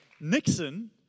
Nixon